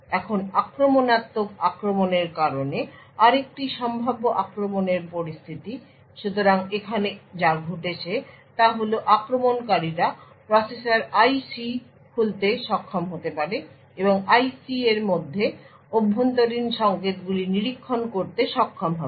এখন আক্রমণাত্মক আক্রমণের কারণে আরেকটি সম্ভাব্য আক্রমণের পরিস্থিতি সুতরাং এখানে যা ঘটেছে তা হল আক্রমণকারীরা প্রসেসর IC খুলতে সক্ষম হতে পারে এবং IC এর মধ্যে অভ্যন্তরীণ সংকেতগুলি নিরীক্ষণ করতে সক্ষম হবে